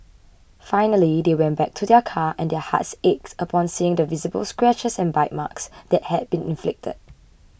finally they went back to their car and their hearts aches upon seeing the visible scratches and bite marks that had been inflicted